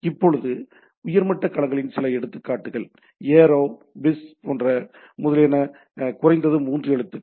இப்போது உயர்மட்ட களங்களின் சில எடுத்துக்காட்டுகள் ஏரோ பிஸ் போன்றவை முதலியன குறைந்தது மூன்று எழுத்துக்கள்